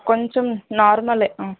కొంచెం నార్మలే